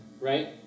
Right